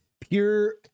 pure